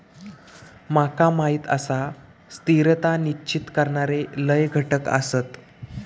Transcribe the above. माका माहीत आसा, स्थिरता निश्चित करणारे लय घटक आसत